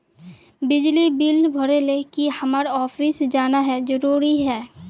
बिजली बिल भरे ले की हम्मर ऑफिस जाना है जरूरी है?